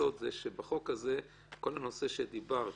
שבחוק הזה כל הנושא שדיברת עליו,